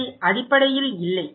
இல்லை அடிப்படையில் இல்லை